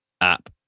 app